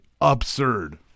absurd